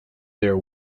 their